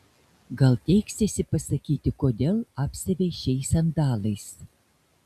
gal teiksiesi pasakyti kodėl apsiavei šiais sandalais